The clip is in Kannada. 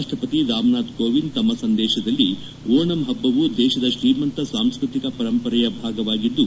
ರಾಷ್ಟಪತಿ ರಾಮನಾಥ್ ಕೋವಿಂದ್ ತಮ್ಮ ಸಂದೇಶದಲ್ಲಿ ಓಣಂ ಪಬ್ಬವು ದೇಶದ ಶ್ರೀಮಂತ ಸಾಂಸ್ಕತಿಕ ಪರಂಪರೆಯ ಭಾಗವಾಗಿದ್ದು